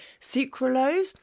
sucralose